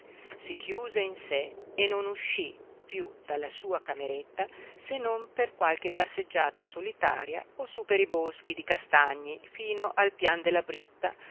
si chiuse in sé e non uscí piú dalla sua cameretta se non per qualche passeggiata solitaria o sú per i boschi di castagni fino al pian della britta